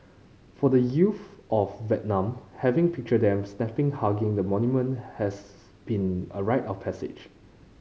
for the youth of Vietnam having picture them snapping hugging the monument has being a rite of passage